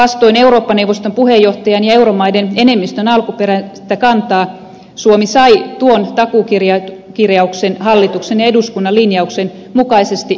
vastoin eurooppa neuvoston puheenjohtajan ja euromaiden enemmistön alkuperäistä kantaa suomi sai tuon takuukirjauksen hallituksen ja eduskunnan linjauksen mukaisesti kaadettua